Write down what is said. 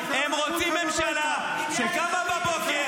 הם רוצים ממשלה שקמה בבוקר,